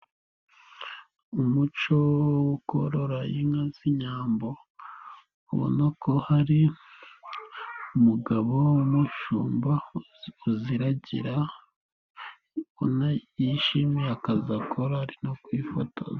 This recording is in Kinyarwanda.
Umuco wo kurora inka z'inyambo, ubona ko hari umugabo w'umushumba uziragira, ubona yishimiye akazi akora, ari no kwifotoza.